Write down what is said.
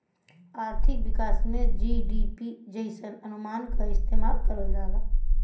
आर्थिक विकास में जी.डी.पी जइसन अनुमान क इस्तेमाल करल जाला